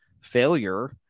failure